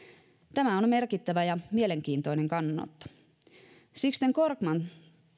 tämä on merkittävä ja mielenkiintoinen kannanotto sixten korkman